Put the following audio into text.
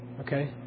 Okay